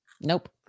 nope